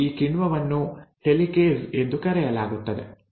ಮತ್ತು ಈ ಕಿಣ್ವವನ್ನು ಹೆಲಿಕೇಸ್ ಎಂದು ಕರೆಯಲಾಗುತ್ತದೆ